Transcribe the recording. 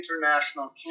international